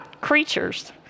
Creatures